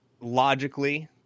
logically